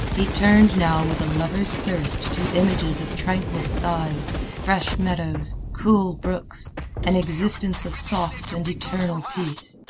he turned now with a lover's thirst to images of tranquil skies, fresh meadows, cool brooks an existence of soft and eternal peace.